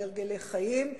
בהרגלי חיים.